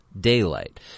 daylight